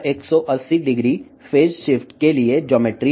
కాబట్టి ఇది 1800 దశల మార్పుకు కి సంబందించిన జామెట్రీ